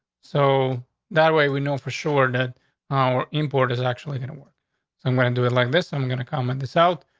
so that way, we know for sure that our import is actually gonna work somewhere and do it like this. i'm gonna come and this out.